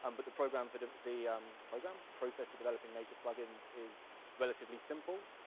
um but the program for the, the um program? the process for developing native plugins is relatively simple,